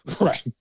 Right